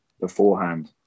beforehand